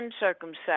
uncircumcised